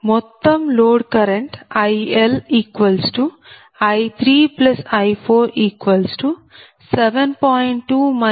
మొత్తం load current ILI3I47